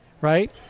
right